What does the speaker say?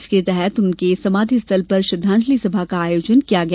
इसके तहत उनके समाधिस्थल पर श्रद्वांजलि सभा का आयोजन किया गया